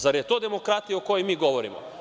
Zar je to demokratija o kojoj mi govorimo?